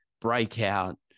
breakout